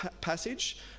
passage